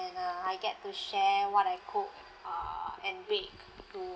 and uh I get to share what I cook err and bake to